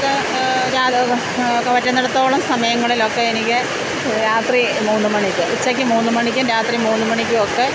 അത് തോറ്റുന്നെടത്തോളം സമയങ്ങളിലൊക്കെ എനിക്ക് രാത്രി മൂന്ന് മണിക്ക് ഉച്ചയ്ക്ക് മൂന്ന് മണിയ്ക്കും രാത്രി മൂന്ന് മണിക്കും ഒക്കെ